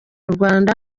rwanda